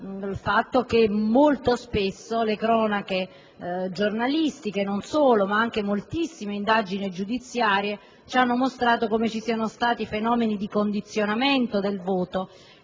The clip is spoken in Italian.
dato che, molto spesso, non solo le cronache giornalistiche ma anche moltissime indagini giudiziarie ci hanno mostrato come ci siano stati fenomeni di condizionamento del voto